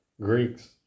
Greeks